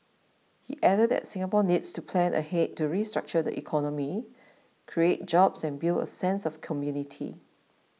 he added that Singapore needs to plan ahead to restructure the economy create jobs and build a sense of community